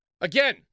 Again